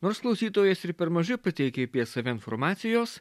nors klausytojas ir per mažai pateikė apie save informacijos